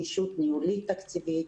גמישות ניהולית תקציבית,